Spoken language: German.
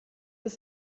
ist